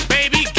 Baby